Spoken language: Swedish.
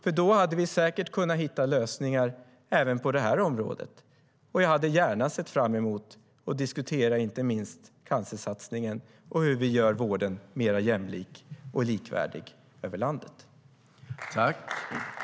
Vi hade säkert kunnat hitta lösningar även på det här området, och jag hade gärna diskuterat inte minst cancersatsningen och hur vi gör vården mer jämlik och likvärdig över landet.